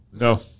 No